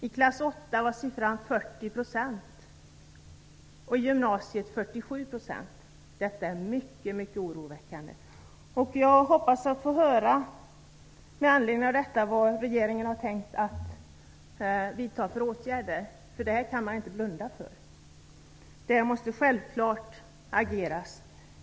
I Detta är mycket oroväckande. Med anledning av detta hoppas jag att få höra vad regeringen har tänkt att vidta för åtgärder. Det här kan man inte blunda för. Man måste självfallet agera.